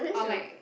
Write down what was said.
or like